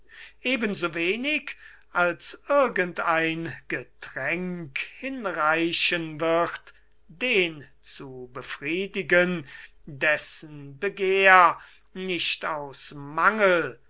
so wenig als irgend ein getränk hinreichen wird den zu befriedigen dessen begehr nicht aus mangel